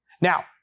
Now